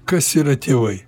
kas yra tėvai